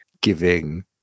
giving